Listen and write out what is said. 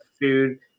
food